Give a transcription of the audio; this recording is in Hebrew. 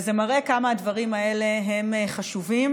וזה מראה כמה הדברים האלה הם חשובים.